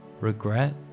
regret